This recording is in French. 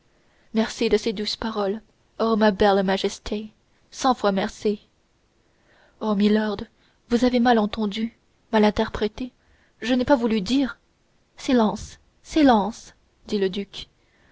merci de ces douces paroles ô ma belle majesté cent fois merci ah milord vous avez mal entendu mal interprété je n'ai pas voulu dire silence silence dit le duc